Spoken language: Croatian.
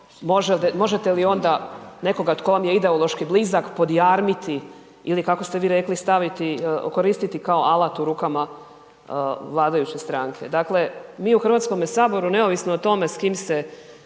možete li onda nekoga tko vam je ideološki blizak podjarmiti ili kako ste vi rekli, staviti, koristiti kao alat u rukama vladajuće stranke. Dakle, mi u HS neovisno o tome s kim se